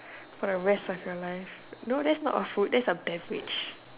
for the rest of your life no that's not a food that's a beverage